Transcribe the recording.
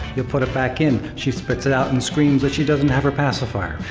you put it back in. she spits it out and screams that she doesn't have her pacifier.